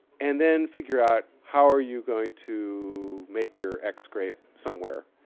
and then figure out how are you going to make your x grape somewhere.